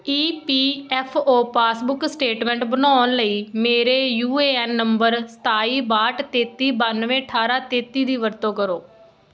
ਈ P F O passbook statement ਬਣਾਉਣ ਲਈ ਮੇਰੇ ਯੂ ਏ ਐੱਨ ਨੰਬਰ ਸਤਾਈ ਬਾਹਠ ਤੇਤੀ ਬਾਨਵੇਂ ਅਠਾਰ੍ਹਾਂ ਤੇਤੀ ਦੀ ਵਰਤੋਂ ਕਰੋ